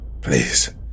Please